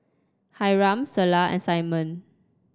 Hyrum Selah and Simon